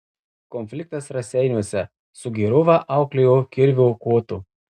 konfliktas raseiniuose sugėrovą auklėjo kirvio kotu